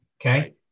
okay